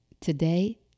today